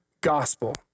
gospel